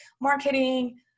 marketing